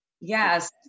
Yes